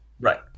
Right